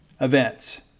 events